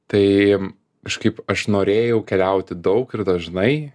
tai kažkaip aš norėjau keliauti daug ir dažnai